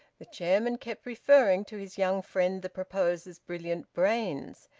the chairman kept referring to his young friend the proposer's brilliant brains,